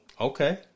Okay